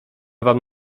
wam